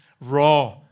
raw